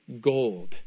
gold